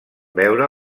veure